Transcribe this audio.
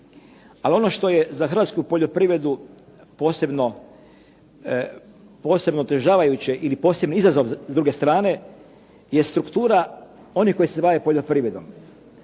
Ali ono što je za hrvatsku poljoprivredu posebno otežavajuće ili posebni izazov s druge strane je struktura onih koji se bave poljoprivredom.